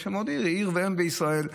זו עיר ואם בישראל.